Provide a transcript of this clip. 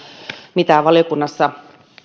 mitä valiokunnassa